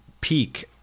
peak